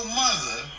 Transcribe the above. mother